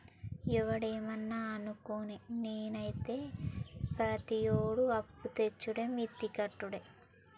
ఒవడేమన్నా అనుకోని, నేనైతే ప్రతియేడూ అప్పుతెచ్చుడే మిత్తి కట్టుడే